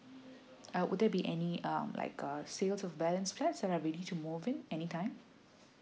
um would there be any um like a sales of balance flat are ready to move in anytime